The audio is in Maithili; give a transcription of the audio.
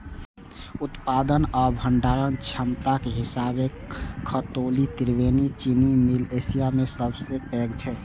उत्पादन आ भंडारण क्षमताक हिसाबें खतौली त्रिवेणी चीनी मिल एशिया मे सबसं पैघ छै